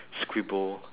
scribble